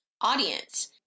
audience